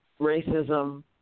racism